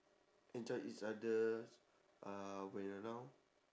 enjoy each other uh when around